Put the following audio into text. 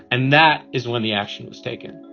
and that is when the action is taken